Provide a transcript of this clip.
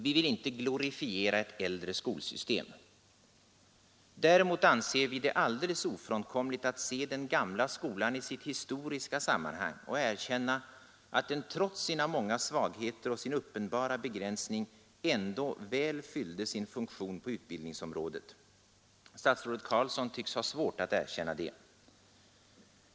Vi vill inte glorifiera ett äldre skolsystem. Däremot anser vi det alldeles ofrånkomligt att se den gamla skolan i sitt historiska sammanhang och erkänna att den trots sina många svagheter och sin uppenbara begränsning ändå väl fyllde sin funktion på utbildningsområdet. Statsrådet Carlsson tycks ha svårt att erkänna det.